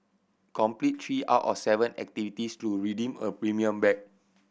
complete three out of seven activities to redeem a premium bag